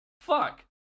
Fuck